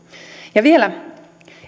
ja vielä